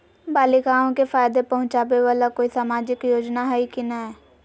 बालिकाओं के फ़ायदा पहुँचाबे वाला कोई सामाजिक योजना हइ की नय?